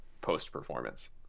post-performance